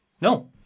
No